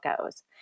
goes